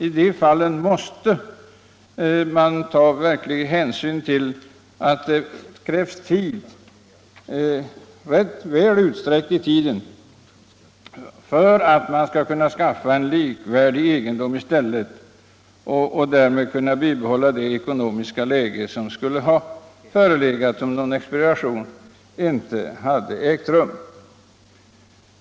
I de fallen måste domstolen ta hänsyn till att det krävs en väl tilltagen tidsfrist för att skaffa en likvärdig egendom och därmed bibehålla det ekonomiska läge som skulle ha varit för handen om någon expropriation inte hade ägt rum.